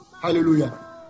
Hallelujah